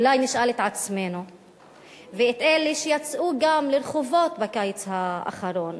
אולי נשאל את עצמנו ואת אלה שיצאו גם לרחובות בקיץ האחרון